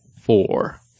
four